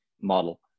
model